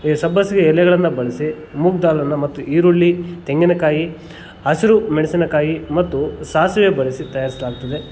ಈ ಸಬ್ಬಸಿಗೆ ಎಲೆಗಳನ್ನು ಬಳಸಿ ಮೂಗ್ದಾಲನ್ನು ಮತ್ತು ಈರುಳ್ಳಿ ತೆಂಗಿನಕಾಯಿ ಹಸಿರು ಮೆಣಸಿನ ಕಾಯಿ ಮತ್ತು ಸಾಸಿವೆ ಬಳಸಿ ತಯಾರಿಸಲಾಗ್ತದೆ